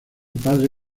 padre